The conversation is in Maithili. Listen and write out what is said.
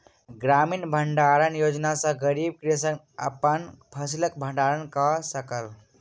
ग्रामीण भण्डारण योजना सॅ गरीब कृषक अपन फसिलक भण्डारण कय सकल